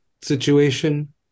situation